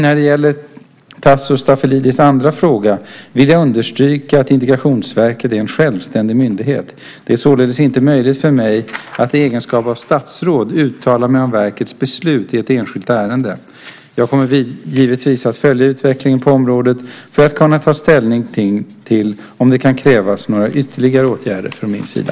När det gäller Tasso Stafilidis andra fråga vill jag understryka att Integrationsverket är en självständig myndighet. Det är således inte möjligt för mig att i egenskap av statsråd uttala mig om verkets beslut i ett enskilt ärende. Jag kommer givetvis att följa utvecklingen på området för att kunna ta ställning till om det kan krävas några ytterligare åtgärder från min sida.